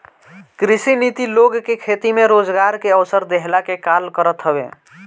कृषि नीति लोग के खेती में रोजगार के अवसर देहला के काल करत हवे